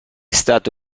stato